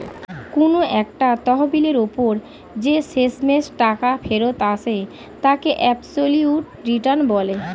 কোন একটা তহবিলের ওপর যে শেষমেষ টাকা ফেরত আসে তাকে অ্যাবসলিউট রিটার্ন বলে